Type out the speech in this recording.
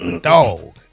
dog